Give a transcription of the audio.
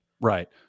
Right